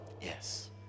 Yes